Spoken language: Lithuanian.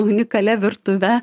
unikalia virtuve